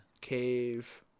Cave